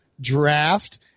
draft